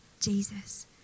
Jesus